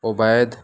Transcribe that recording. Ubaid